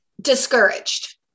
Discouraged